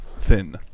Thin